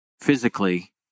physically